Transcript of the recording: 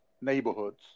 neighborhoods